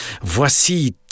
Voici